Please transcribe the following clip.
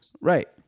Right